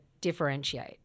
differentiate